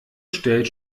stellt